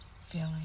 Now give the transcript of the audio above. feeling